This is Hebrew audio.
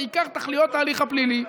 העיקר תכליות ההליך הפלילי.